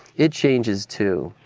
it changes too.